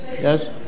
Yes